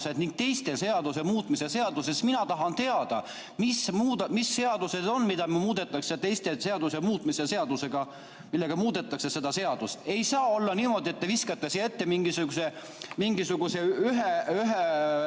ning teiste seaduste muutmise seadusele, siis mina tahan teada, mis seaduses on, mida muudetakse teiste seaduste muutmise seadusega, millega muudetakse seda seadust. Ei saa olla niimoodi, et te viskate siia ette mingisuguse ühe